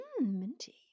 minty